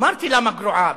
אמרתי, למה גרועה?